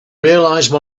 realize